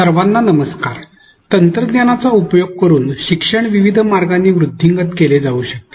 सर्वांना नमस्कार तंत्रज्ञानाचा उपयोग करून शिक्षण विविध मार्गांनी वृद्धिंगत केले जाऊ शकते